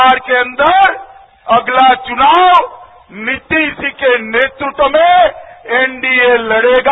बिहार के अंदर अगला चुनाव नीतीश जी के नेतृत्व में एनडीए लड़ेगा